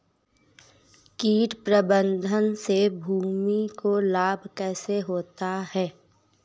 कीट प्रबंधन से भूमि को लाभ कैसे होता है?